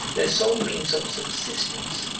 their sole means of subsistence,